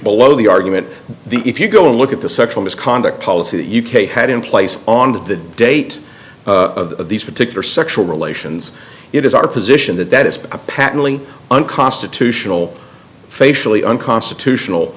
below the argument the if you go and look at the sexual misconduct policy that u k had in place on the date of these particular sexual relations it is our position that that is a patently unconstitutional facially unconstitutional